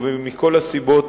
מכל הסיבות